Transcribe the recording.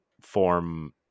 form